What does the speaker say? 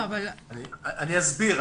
אסביר.